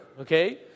Okay